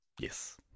Yes